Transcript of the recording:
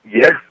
Yes